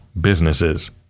businesses